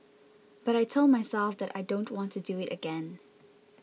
but I told myself that I don't want to do it again